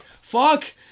fuck